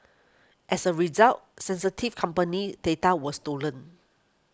as a result sensitive company data was stolen